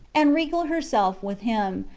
and regale herself with him,